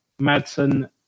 Madsen